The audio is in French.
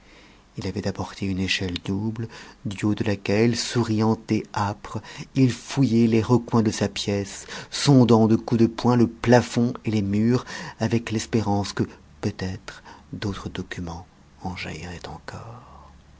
il avait apporté une échelle double du haut de laquelle souriant et âpre il fouillait les recoins de sa pièce sondant de coups de poing le plafond et les murs avec l'espérance que peut-être d'autres documents en jailliraient encore